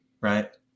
right